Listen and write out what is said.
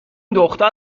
دختر